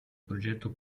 progetto